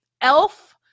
elf